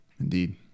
Indeed